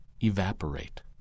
evaporate